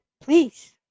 please